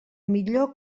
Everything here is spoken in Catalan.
millor